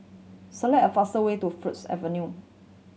select a fastest way to Firs Avenue